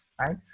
right